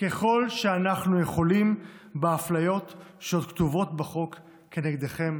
ככל שאנחנו יכולים באפליות שכתובות בחוק כנגדכם,